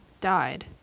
died